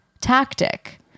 tactic